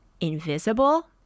invisible